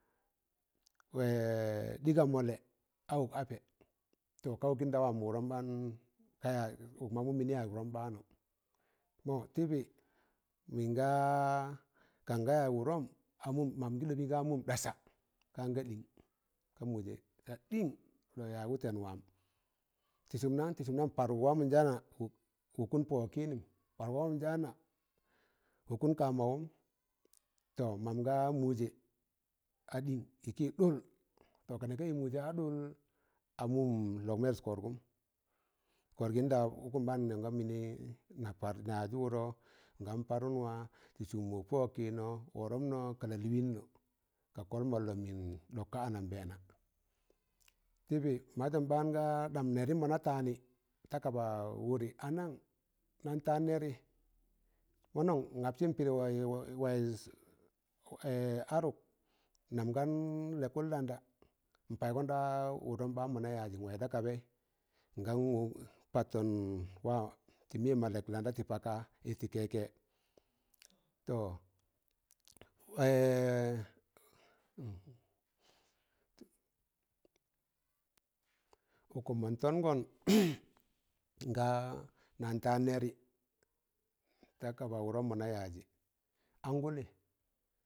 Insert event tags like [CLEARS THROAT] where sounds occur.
[HESITATION] ɗị ga mọlẹ a wọk apẹ, tọ ka wọkịnda wamọ wụdọm ɓaan ka yajị, ụk man mụm mịnị yaaz wụrọm ɓaanụ, mọ tiịbi mịn gaa kan ga yaaz wụrọm a mụm man gị ɗọpị ka mụm ɗasa kan ga ɗịn ka mụjẹ a ɗịn lọk yaaz wụtẹn wam. Tị sụm nan? tị sụm nam parụ wamọ njaana wọkụm pọ wọg kịịnịm, parụg wamọ njaana wọkụn ka mawụm, tọ mam ga mụjẹ a ɗịn, ịkị ɗụl tọ ka nẹ ka mụ jẹ ɗụl a mụm lọk mẹs kọrgụm, kọrgịn nda ụkụm ɓaan n nẹg ka mịnị na parị na yajị wụdọn ga parụm wa tị sụm wọkpo wọkịnọ, ka wọrapnọ, ka lalịịnnọ, ka kọl molnum, mịn ɗik ka anambẹẹna. Tịbị mazọm ɓaan gaa ɗam nẹrịm mọ na taanị ta kaba wụrị a nan? nan taan nẹrị mọnọn n apsịn pịrị wayịz adụk nam gan lẹịkụn landa n paịgọn da wụdọm ɓaan mọna yajị, n waị da kabaị ngan pattọn wa tị mịyẹm mọ lẹklanda tị paka tị keke tọ [HESITATION] ụkụm mọn tọngọn [CLEARS THROAT] nga nan taan nẹrị ta kaba wụrọ mọ na yajị, angụlị,